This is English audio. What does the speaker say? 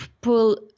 pull